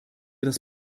das